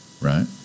Right